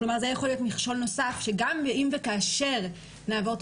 זה יכול להיות מכשול נוסף שגם אם וכאשר נעבור את